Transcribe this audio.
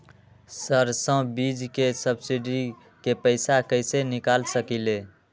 सरसों बीज के सब्सिडी के पैसा कईसे निकाल सकीले?